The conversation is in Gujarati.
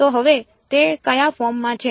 તો હવે તે કયા ફોર્મ માં છે